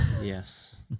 Yes